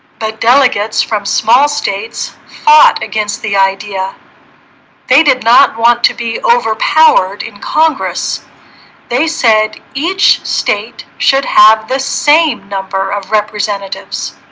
by delegates from small states thought against the idea they did not want to be overpowered in congress they said each state should have the same number of representatives